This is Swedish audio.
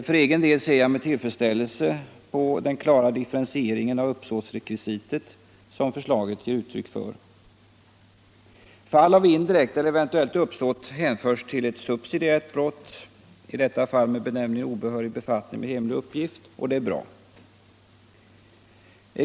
För egen del ser jag med tillfredsställelse på den klara differentiering av uppsåtsrekvisitet som förslaget ger uttryck för. Fall av indirekt eller eventuellt uppsåt hänförs till ett subsidiärt brott, i detta fall med benämningen obehörig befattning med hemlig uppgift. Och det är bra.